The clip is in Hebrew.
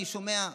אני שומע,